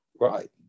right